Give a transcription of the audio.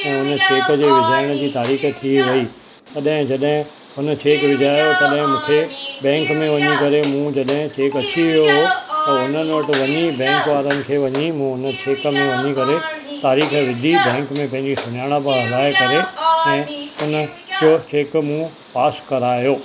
ऐं उन चेक जे विझाइण जी तारीख़ थी वई तॾहिं जॾहिं उन चेक विझायो तॾहिं मूंखे बैंक में वञी करे मूं जॾहिं चैक अची वियो हुओ त हुननि वटि वञी बैंक वारनि खे वञी मूं उन चेक में वञी करे तारीख़ विधी बैंक में पंहिंजी सुञाणप हलाए करे ऐं उन जो चेक मूं पास करायो